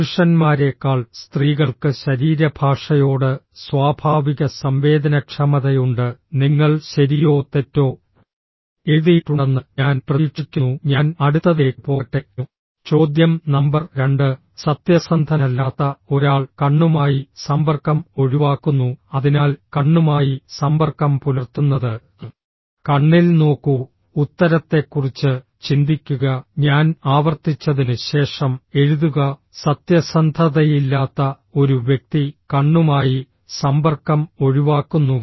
പുരുഷന്മാരേക്കാൾ സ്ത്രീകൾക്ക് ശരീരഭാഷയോട് സ്വാഭാവിക സംവേദനക്ഷമതയുണ്ട് നിങ്ങൾ ശരിയോ തെറ്റോ എഴുതിയിട്ടുണ്ടെന്ന് ഞാൻ പ്രതീക്ഷിക്കുന്നു ഞാൻ അടുത്തതിലേക്ക് പോകട്ടെ ചോദ്യം നമ്പർ 2 സത്യസന്ധനല്ലാത്ത ഒരാൾ കണ്ണുമായി സമ്പർക്കം ഒഴിവാക്കുന്നു അതിനാൽ കണ്ണുമായി സമ്പർക്കം പുലർത്തുന്നത് കണ്ണിൽ നോക്കൂ ഉത്തരത്തെക്കുറിച്ച് ചിന്തിക്കുക ഞാൻ ആവർത്തിച്ചതിന് ശേഷം എഴുതുക സത്യസന്ധതയില്ലാത്ത ഒരു വ്യക്തി കണ്ണുമായി സമ്പർക്കം ഒഴിവാക്കുന്നു